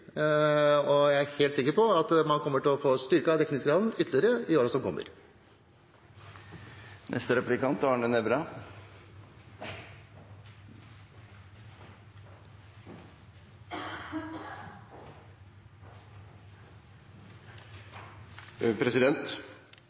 og jeg er helt sikker på at man kommer til å få styrket dekningsgraden ytterligere i årene som kommer.